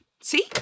See